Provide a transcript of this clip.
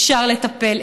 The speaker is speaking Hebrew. אפשר לטפל,